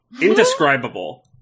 indescribable